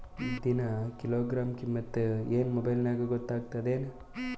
ದಿನಾ ಕಿಲೋಗ್ರಾಂ ಕಿಮ್ಮತ್ ಏನ್ ಮೊಬೈಲ್ ನ್ಯಾಗ ಗೊತ್ತಾಗತ್ತದೇನು?